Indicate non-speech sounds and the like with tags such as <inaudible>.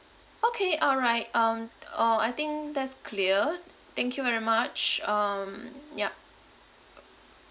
okay all right um uh I think that's clear thank you very much um yup <noise>